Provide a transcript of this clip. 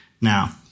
Now